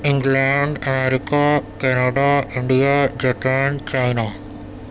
England America Canada India Japan China